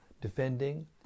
defending